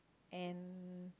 and